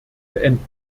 beenden